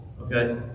Okay